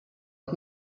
und